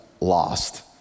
lost